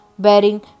Bearing